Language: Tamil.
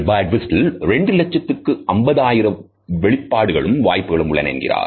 பர்டுவிஸ்டல் 2 லட்சத்து 50 ஆயிரம் வெளிப்பாடு களுக்கு வாய்ப்புகள் உள்ளன என்கிறார்